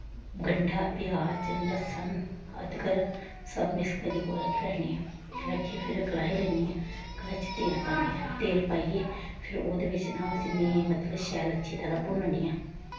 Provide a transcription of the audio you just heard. गंढा प्याज़ लस्सन अदकर सब मिस्क करियै कोल रक्खी लैन्नी आं रक्खियै फिर कड़ाही लैन्नी आं कड़ाही च तेल पान्नी आं तेल पाइयै फिर ओह्दे बिच्च ना उसी में मतलब शैल अच्छी तरह् भुन्ननी आं